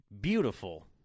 beautiful